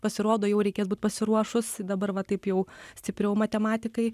pasirodo jau reikia būt pasiruošus dabar va taip jau stipriau matematikai